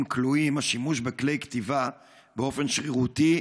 כלואים השימוש בכלי כתיבה באופן שרירותי,